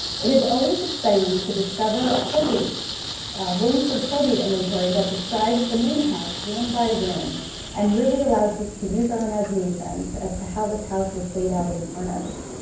it is always exciting to discover a williamsburg probate inventory that describes the main house room by room and really allows us to use our imaginations as to how this house was laid out and furnished.